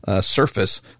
surface